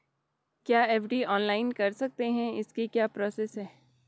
क्या FD online कर सकते हैं इसकी क्या प्रोसेस है?